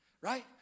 Right